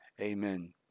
Amen